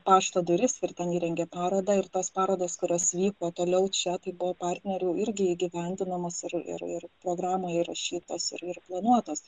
pašto duris ir ten įrengė parodą ir tos parodos kurios vyko toliau čia tai buvo partnerių irgi įgyvendinamos ir ir ir programoj įrašytos ir ir planuotos